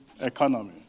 economy